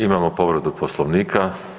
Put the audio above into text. Imamo povredu Poslovnika.